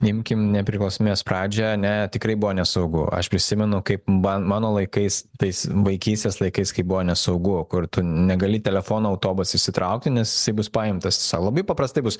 imkim nepriklausomybės pradžią ane tikrai buvo nesaugu aš prisimenu kaip ban mano laikais tais vaikystės laikais kaip buvo nesaugu kur tu negali telefono autobuse išsitraukti nes jisai bus paimtas tiesiog labai paprastai bus